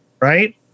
right